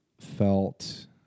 felt